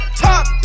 top